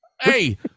hey